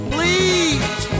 Please